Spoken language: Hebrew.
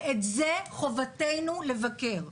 ואת זה חובתנו לבקר.